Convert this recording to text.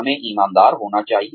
हमें ईमानदार होना चाहिए